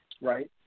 Right